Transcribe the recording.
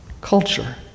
Culture